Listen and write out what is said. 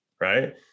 right